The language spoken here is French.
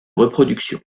reproduction